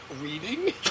reading